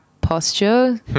posture